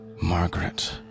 Margaret